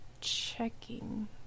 checking